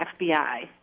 FBI